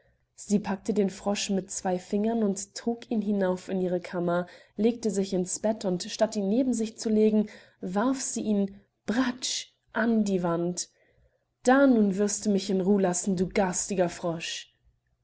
sie packte den frosch mit zwei fingern und trug ihn hinauf in ihre kammer legte sich ins bett und statt ihn neben sich zu legen warf sie ihn bratsch an die wand da nun wirst du mich in ruh lassen du garstiger frosch